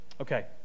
Okay